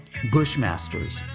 bushmasters